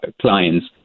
clients